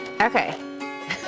Okay